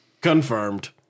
Confirmed